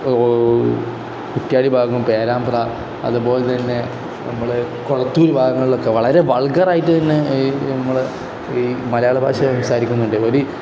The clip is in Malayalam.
കുറ്റിയാടി ഭാഗം പേരാമ്പ്ര അതുപോലെ തന്നെ നമ്മൾ കൊളത്തൂർ ഭാഗങ്ങളിലൊക്കെ വളരെ വൾഗർ ആയിട്ട് തന്നെ നമ്മൾ ഈ മലയാള ഭാഷ സംസാരിക്കുന്നുണ്ട് ഒരു